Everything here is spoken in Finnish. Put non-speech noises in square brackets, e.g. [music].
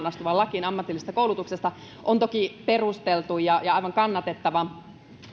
[unintelligible] astuvaan lakiin ammatillisesta koulutuksesta on toki perusteltu ja ja aivan kannatettava